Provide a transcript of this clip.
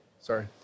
Sorry